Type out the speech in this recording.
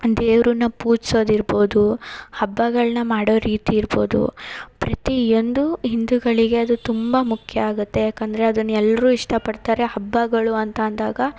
ದೇವರನ್ನ ಪೂಜ್ಸೋದು ಇರ್ಬೋದು ಹಬ್ಬಗಳನ್ನ ಮಾಡೋ ರೀತಿ ಇರ್ಬೋದು ಪ್ರತಿಯೊಂದು ಹಿಂದುಗಳಿಗೆ ಅದು ತುಂಬ ಮುಖ್ಯ ಆಗುತ್ತೆ ಯಾಕಂದರೆ ಅದನ್ನು ಎಲ್ಲರೂ ಇಷ್ಟಪಡ್ತಾರೆ ಹಬ್ಬಗಳು ಅಂತ ಅಂದಾಗ